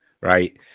right